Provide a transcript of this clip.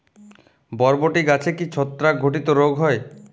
বরবটি গাছে কি ছত্রাক ঘটিত রোগ হয়?